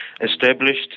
established